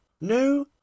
no